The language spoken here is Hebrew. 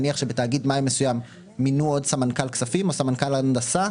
נניח בתאגיד מים מסוים מינו עוד סמנכ"ל כספים או סמנכ"ל הנדסה,